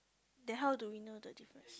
then how do we know the difference